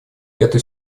эту